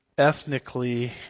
ethnically